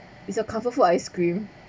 is your comfort food ice cream